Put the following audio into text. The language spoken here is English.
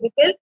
physical